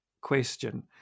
question